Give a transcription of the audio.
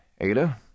Ada